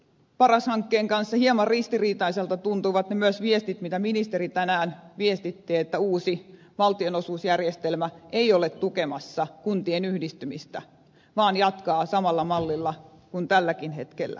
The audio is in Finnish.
paras hankkeen kanssa hieman ristiriitaiselta tuntuvat myös ne viestit mitä ministeri tänään viestitti että uusi valtionosuusjärjestelmä ei ole tukemassa kuntien yhdistymistä vaan jatkaa samalla mallilla kuin tälläkin hetkellä